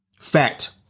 Fact